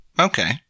Okay